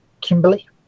Kimberly